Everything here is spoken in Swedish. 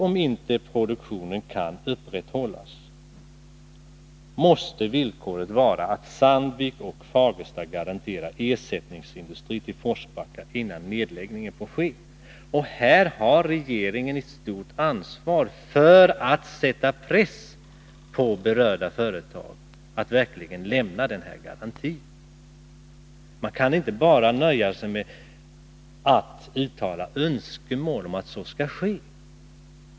Om inte produktionen kan upprätthållas, måste villkoret vara att Sandvik och Fagersta garanterar ersättningsindustri till Forsbacka innan nedläggningen får ske. Här har regeringen ett stort ansvar för att sätta press på berörda företag att verkligen lämna den garantin. Man kan inte bara nöja sig med att uttala önskemål om att så skall ske.